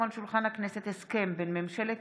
הסכם בין ממשלת